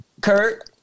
Kurt